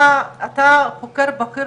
גברת סלומון.